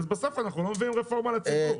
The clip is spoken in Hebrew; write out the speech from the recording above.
אז בסוף אנחנו לא מביאים רפורמה לציבור.